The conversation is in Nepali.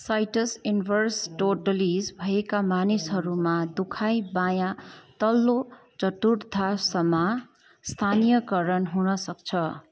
साइटस इन्भर्स टोटलिस भएका मानिसहरूमा दुखाई बायाँ तल्लो चतुर्थासमा स्थानीयकरण हुनसक्छ